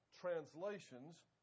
translations